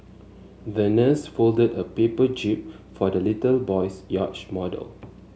the nurse folded a paper jib for the little boy's yacht model